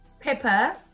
pepper